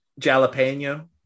Jalapeno